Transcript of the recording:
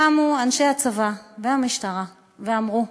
קמו אנשי הצבא והמשטרה ואמרו: